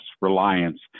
reliance